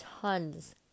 tons